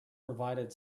provided